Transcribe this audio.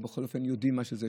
או בכל אופן יודעים מה זה,